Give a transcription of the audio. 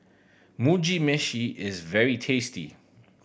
Mugi Meshi is very tasty